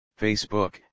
Facebook